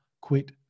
quit